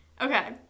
Okay